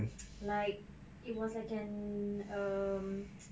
like it was like an um